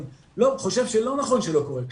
אבל אני חושב שלא נכון שלא קורה כלום.